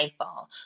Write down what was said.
iPhone